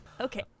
Okay